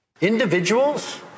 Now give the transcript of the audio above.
Individuals